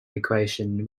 equation